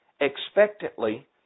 expectantly